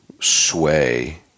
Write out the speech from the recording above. sway